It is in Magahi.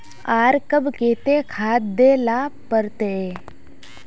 आर कब केते खाद दे ला पड़तऐ?